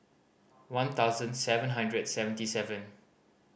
one thousand seven hundred seventy seven